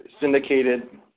syndicated